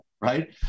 right